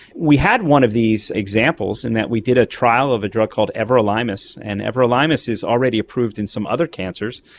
we had one of these examples in that we did a trial of a drug called everolimus, and everolimus is already approved in some other cancers,